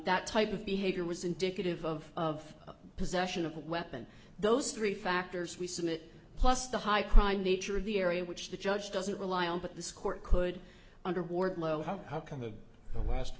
that type of behavior was indicative of of possession of a weapon those three factors we submit plus the high crime nature of the area which the judge doesn't rely on but this court could under wardlow have how come the last